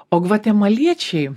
o gvatemaliečiai